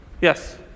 Yes